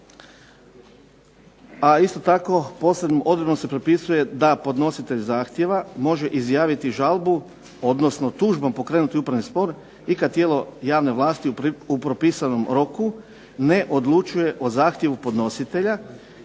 a isto tako posebnom odredbom se propisuje da podnositelj zahtjeva može izjaviti žalbu, odnosno tužbom pokrenuti upravni spor i kada tijelo javne vlasti u propisanom roku ne odlučuje o zahtjevu podnositelja,